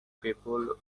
people